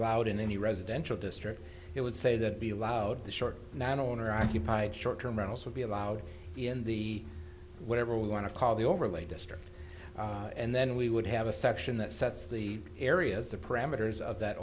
allowed in any residential district it would say that be allowed the short not owner occupied short term rentals would be allowed in the whatever we want to call the overlay district and then we would have a section that sets the areas the parameters of that